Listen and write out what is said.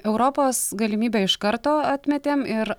europos galimybę iš karto atmetėm ir